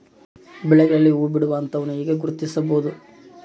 ಬೆಳೆಗಳಲ್ಲಿ ಹೂಬಿಡುವ ಹಂತವನ್ನು ಹೆಂಗ ಗುರ್ತಿಸಬೊದು?